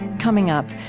coming up,